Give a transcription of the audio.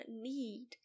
need